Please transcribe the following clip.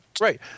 Right